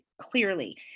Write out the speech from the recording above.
clearly